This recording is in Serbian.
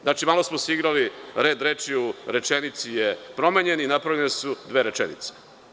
Znači, malo smo se igrali, red reči u rečenici je promenjen i napravljene su dve rečenice.